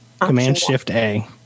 Command-Shift-A